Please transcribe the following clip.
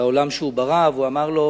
לעולם שהוא ברא ואמר לו: